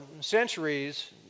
centuries